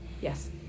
Yes